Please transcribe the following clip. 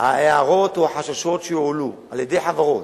ההערות או החששות שהועלו על-ידי חברות.